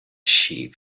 sheep